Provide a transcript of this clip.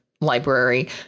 library